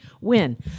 win